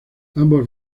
ambos